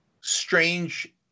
strange